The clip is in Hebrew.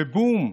ובום,